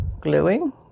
gluing